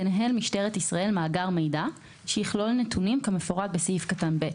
תנהל משטרת ישראל מאגר מידע שיכלול נתונים כמפורט בסעיף קטן (ב),